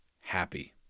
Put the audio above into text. happy